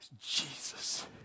Jesus